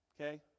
Okay